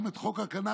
גם את חוק הקנביס,